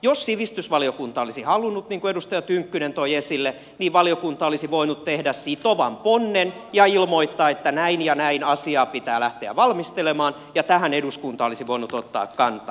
jos sivistysvaliokunta olisi halunnut niin kuin edustaja tynkkynen toi esille niin valiokunta olisi voinut tehdä sitovan ponnen ja ilmoittaa että näin ja näin asiaa pitää lähteä valmistelemaan ja tähän eduskunta olisi voinut ottaa kantaa